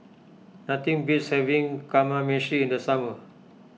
nothing beats having Kamameshi in the summer